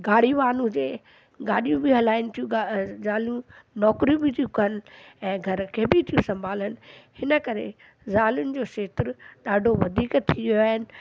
गाड़ी वाहन हुजे गाॾियूं बि हलाइनि थियूं ज़ालू नौकरियूं बि थियूं कनि ऐं घर खे बि थियूं संभालनि हिन करे ज़ालियुनि जो खेत्र ॾाढो वधीक थी वियो आहे